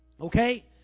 Okay